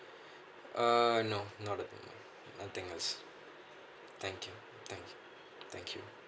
uh no no nothing else thank you thank you thank you